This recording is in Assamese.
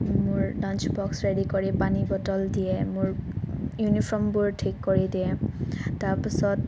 মোৰ লাঞ্চবক্স ৰেডি কৰি পানী বটল দিয়ে মোৰ ইউনিফৰ্মবোৰ ঠিক কৰি দিয়ে তাৰপাছত